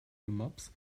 maps